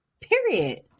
Period